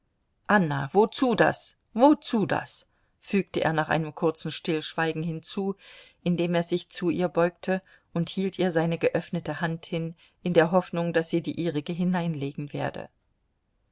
anna wozu das wozu das fügte er nach einem kurzen stillschweigen hinzu indem er sich zu ihr beugte und hielt ihr seine geöffnete hand hin in der hoffnung daß sie die ihrige hineinlegen werde